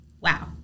Wow